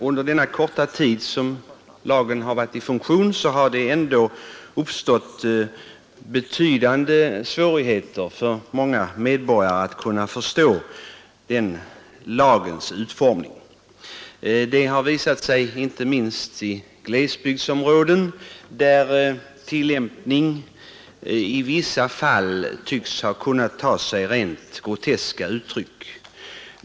Under den korta tid som lagen har varit i funktion har det för många medborgare uppstått betydande svårigheter att förstå lagens utformning. Särskilt i glesbygdsområden tycks tillämpningen i vissa fall ha tagit sig rent groteska uttryck.